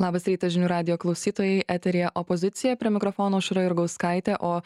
labas rytas žinių radijo klausytojai eteryje opozicija prie mikrofono aušra jurgauskaitė o